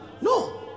No